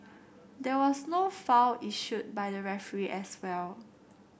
there was no foul issued by the referee as well